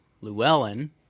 Llewellyn